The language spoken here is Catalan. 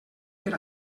per